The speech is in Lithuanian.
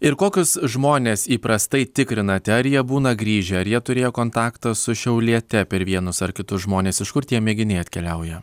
ir kokius žmones įprastai tikrinate ar jie būna grįžę ar jie turėjo kontaktą su šiauliete per vienus ar kitus žmones iš kur tie mėginiai atkeliauja